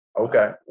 Okay